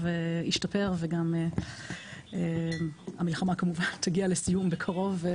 ישתפר והמלחמה כמובן תגיע לסיום בקרוב.